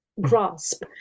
grasp